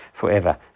forever